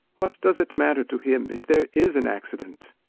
what does it matter to him, if there is an accident?